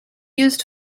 used